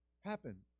happen